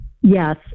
Yes